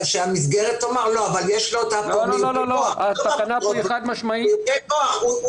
שהמסגרת תאמר דבר אחד והאפוטרופוס יאמר משהו אחר?